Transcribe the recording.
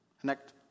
connect